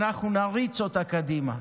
אנחנו נריץ אותה קדימה.